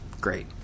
Great